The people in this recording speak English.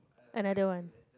another one